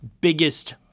biggest